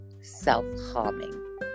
self-harming